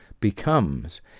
becomes